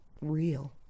real